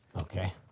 Okay